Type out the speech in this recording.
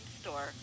store